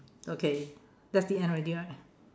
okay that's the end already right